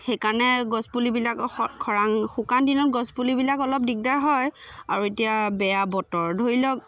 সেইকাৰণে গছপুলিবিলাক খৰাং শুকান দিনত গছপুলিবিলাক অলপ দিগদাৰ হয় আৰু এতিয়া বেয়া বতৰ ধৰি লওক